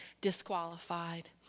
disqualified